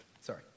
Sorry